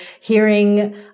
hearing